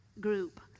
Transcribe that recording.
group